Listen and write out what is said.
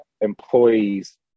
employees